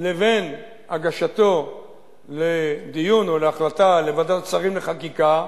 לבין הגשתו לדיון או להחלטה לוועדת שרים לחקיקה,